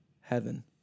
heaven